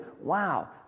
wow